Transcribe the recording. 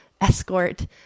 escort